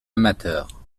amateur